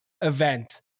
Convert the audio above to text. event